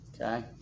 Okay